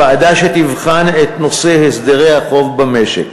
ועדה שתבחן את נושא הסדרי החוב במשק.